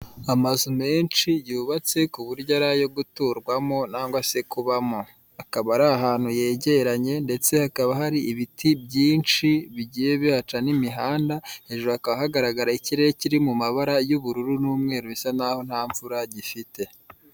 Amazu menshi yubatse k'uburyo ari ayo guturwamo nangwa se kubamo, akaba ari ahantu yegeranye ndetse hakaba hari ibiti byinshi bigiye bihaca n'imihanda hejuru hakaba hagaragara ikirere kiri mu mabara y'ubururu n'umweru bisa naho nta mvura gifite.